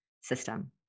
system